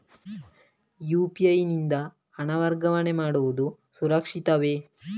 UPI ಯಿಂದ ಹಣ ವರ್ಗಾವಣೆ ಮಾಡುವುದು ಸುರಕ್ಷಿತವೇ?